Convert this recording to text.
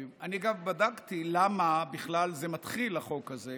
אני, אגב, בדקתי למה בכלל התחיל החוק הזה.